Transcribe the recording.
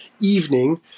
evening